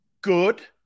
Good